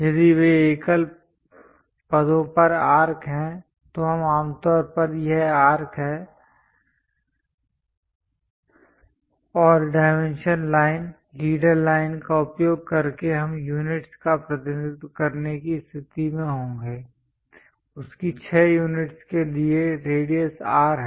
यदि वे एकल पदों पर आर्क हैं तो हम आम तौर पर यह आर्क है और डायमेंशन लाइन लीडर लाइन का उपयोग करके हम यूनिट्स का प्रतिनिधित्व करने की स्थिति में होंगे उसकी 6 यूनिट्स के लिए रेडियस R है